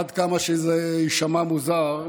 עד כמה שזה יישמע מוזר,